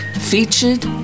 featured